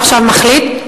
ועכשיו מחליט,